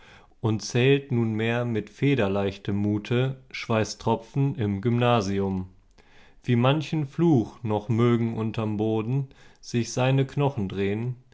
und zählt nunmehr mit federleichtem mute schweißtropfen im gymnasium wie manchen fluch noch mögen unterm boden sich seine knochen drehn terenz